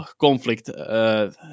conflict